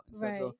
Right